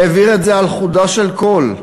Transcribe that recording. העביר את זה על חודו של קול?